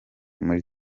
muri